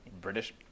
british